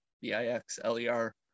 b-i-x-l-e-r